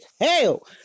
hell